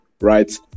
right